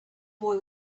boy